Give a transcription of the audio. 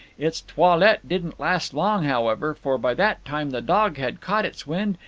its toilette didn't last long, however, for by that time the dog had caught its wind,